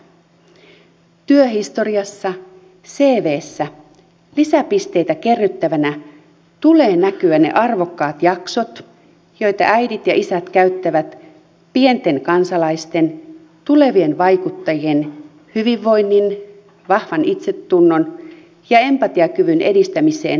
työhistoriassa cvssä lisäpisteitä kerryttävänä tulee näkyä niiden arvokkaiden jaksojen joita äidit ja isät käyttävät pienten kansalaisten tulevien vaikuttajien hyvinvoinnin vahvan itsetunnon ja empatiakyvyn edistämiseen hoitaessaan heitä kotona